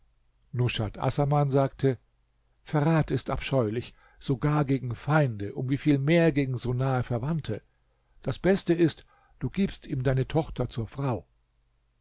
nushat assaman sagte verrat ist abscheulich sogar gegen feinde um wieviel mehr gegen so nahe verwandte das beste ist du gibst ihm deine tochter zur frau